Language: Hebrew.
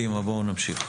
נמשיך.